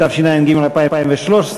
התשע"ג 2013,